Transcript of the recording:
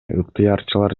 ыктыярчылар